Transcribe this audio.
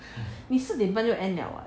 你是礼拜六 end 了